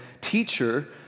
Teacher